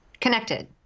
connected